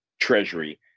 Treasury